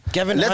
Kevin